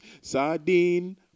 sardine